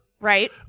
Right